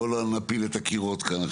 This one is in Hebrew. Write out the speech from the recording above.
בוא לא נפיל את הקירות כאן.